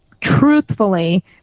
truthfully